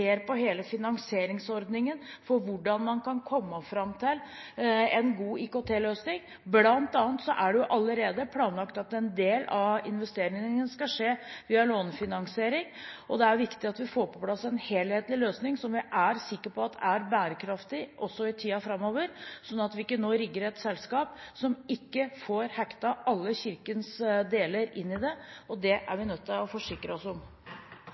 ser på hele finansieringsordningen for hvordan man kan komme fram til en god IKT-løsning. Det er bl.a. allerede planlagt at en del av investeringene skal skje via lånefinansiering. Det er viktig at vi får på plass en helhetlig løsning som vi er sikre på er bærekraftig også i tiden framover, sånn at vi ikke rigger et selskap som ikke får hektet alle kirkens deler inn i det. Det er vi nødt til å forsikre oss om.